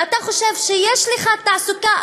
ואתה חושב שיש לך תעסוקה,